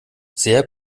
sehr